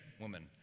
woman